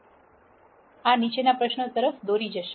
તેથી આ નીચેના પ્રશ્નો તરફ દોરી જશે